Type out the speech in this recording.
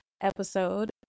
episode